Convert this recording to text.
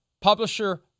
publisher